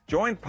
Join